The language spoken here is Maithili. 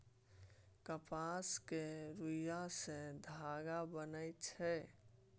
कपास केर रूइया सँ धागा बनइ छै